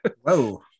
Whoa